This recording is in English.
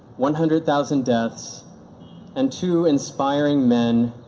one hundred thousand deaths and two inspiring men,